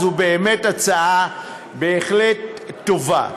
זו באמת הצעה בהחלט טובה.